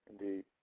Indeed